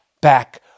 back